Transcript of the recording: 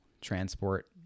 transport